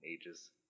ages